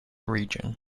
region